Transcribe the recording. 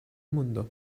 mundo